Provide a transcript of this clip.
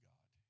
God